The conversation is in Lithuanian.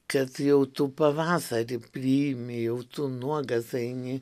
kad jau tu pavasarį priimi jau tu nuogas eini